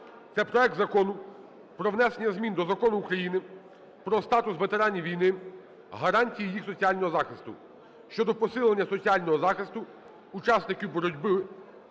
це проект Закону про внесення змін до Закону України "Про статус ветеранів війни, гарантії їх соціального захисту" щодо посилення соціального захисту учасників боротьби